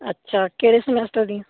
ਅੱਛਾ ਕਿਹੜੇ ਸਮੈਸਟਰ ਦੀਆਂ